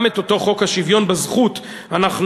גם את אותו חוק השוויון בזכות אנחנו